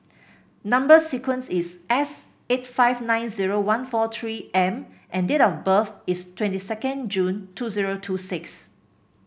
number sequence is S eight five nine zero one four three M and date of birth is twenty second June two zero two six